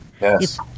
Yes